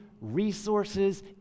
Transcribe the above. resources